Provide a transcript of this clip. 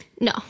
No